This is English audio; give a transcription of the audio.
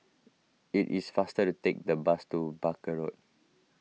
it is faster to take the bus to Barker Road